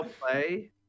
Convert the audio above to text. play